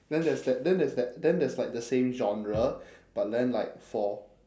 then there's that then there's that then there's like the same genre but then like for